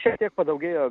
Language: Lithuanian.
šiek tiek padaugėjo